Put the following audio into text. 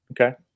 Okay